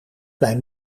bij